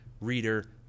reader